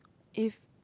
if